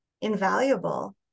invaluable